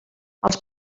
als